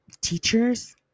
teachers